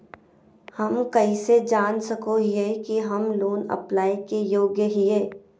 हम कइसे जान सको हियै कि हम लोन अप्लाई के योग्य हियै?